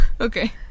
Okay